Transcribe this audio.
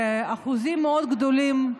האחוזים מאוד גדולים,